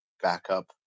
backup